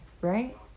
right